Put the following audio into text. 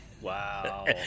Wow